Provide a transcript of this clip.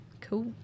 cool